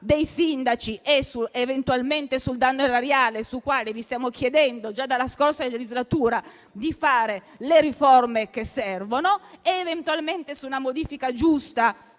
dei sindaci è eventualmente sul danno erariale, sul quale vi stiamo chiedendo già dalla scorsa legislatura di fare le riforme che servono, eventualmente su una modifica giusta